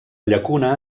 llacuna